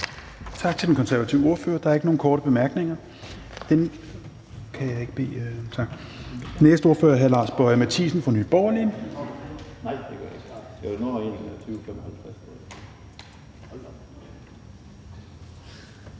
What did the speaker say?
Tak til den konservative ordfører. Der er ikke nogen korte bemærkninger. Den næste ordfører er fru Mette Thiesen fra Nye Borgerlige.